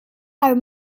are